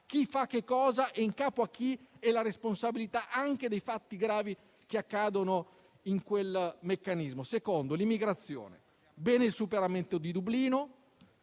chi fa che cosa e in capo a chi è la responsabilità dei fatti gravi che accadono in quel meccanismo. Il secondo tema è l'immigrazione. È apprezzabile il superamento di Dublino,